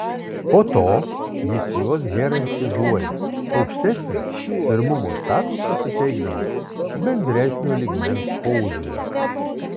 po to jis juos hierarchizuoja aukštesnį pirmumo statusą suteikdamas bendresnio lygmens požymiams